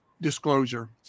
disclosure